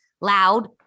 loud